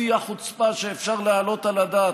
שיא החוצפה שאפשר להעלות על הדעת.